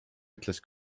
ütles